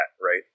right